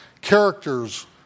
characters